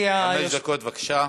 חמש דקות, בבקשה.